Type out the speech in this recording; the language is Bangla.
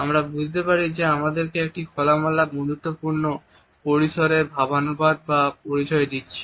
আমরা বুঝতে পারি যে এটি আমাদেরকে একটি খোলামেলা এবং বন্ধুত্বপূর্ণ পরিসরের ভাবানুবাদ বা পরিচয় দিচ্ছে